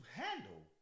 handle